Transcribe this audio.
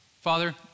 Father